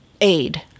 aid